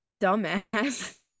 dumbass